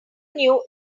knew